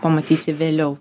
pamatysi vėliau